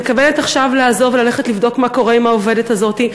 אני מתכוונת עכשיו לעזוב וללכת לבדוק מה קורה עם העובדת הזאת.